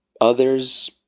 Others